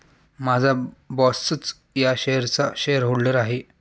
माझा बॉसच या शेअर्सचा शेअरहोल्डर आहे